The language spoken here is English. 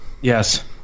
Yes